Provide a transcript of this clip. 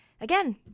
again